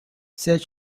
said